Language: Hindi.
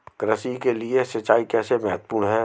कृषि के लिए सिंचाई कैसे महत्वपूर्ण है?